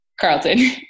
Carlton